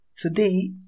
Today